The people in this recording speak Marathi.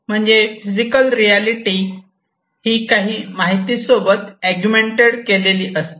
म्हणजे फिजिकल रियालिटी ही काही माहिती सोबत अगुमेन्टेड केलेली असते